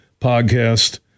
podcast